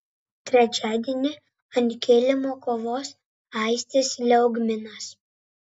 trečiadienį ant kilimo kovos aistis liaugminas